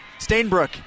Stainbrook